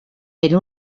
per